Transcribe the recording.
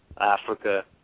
Africa